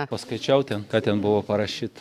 paskaičiau ten ką ten buvo parašyta